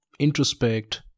introspect